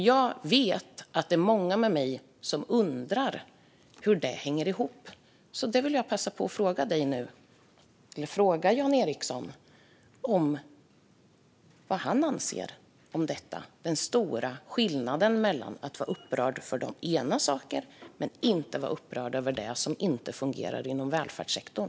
Jag vet att det är många med mig som undrar hur det hänger ihop, så det vill jag passa på att fråga Jan Ericson om nu. Vad anser han om den stora skillnaden mellan att vara upprörd över de ena sakerna men inte vara upprörd över det som inte fungerar inom välfärdssektorn?